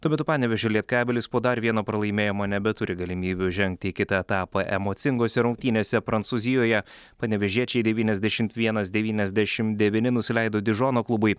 tuo metu panevėžio lietkabelis po dar vieno pralaimėjimo nebeturi galimybių žengti į kitą etapą emocingose rungtynėse prancūzijoje panevėžiečiai devyniasdešimt vienas devyniasdešim devyni nusileido dižono klubui